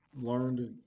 learned